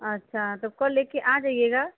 अच्छा तो कल लेकर आ जाइएगा